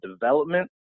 development